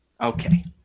Okay